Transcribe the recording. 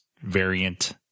variant